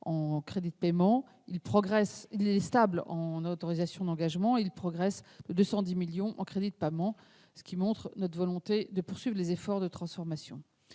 en crédits de paiement. Il est stable en autorisations d'engagement, et il progresse de 210 millions d'euros en crédits de paiement, ce qui montre notre volonté de poursuivre les efforts de transformation.